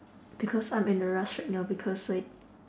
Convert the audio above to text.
because I'm in a rush right now because like